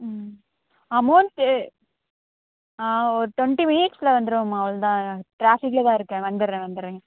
ம் அமௌண்ட்டு ஒரு டுவெண்ட்டி மினிட்ஸில் வந்துருவேம்மா அவ்வளோதான் டிராஃபிக்கில் தான் இருக்கேன் வந்துடுறேன் வந்துடுறேங்க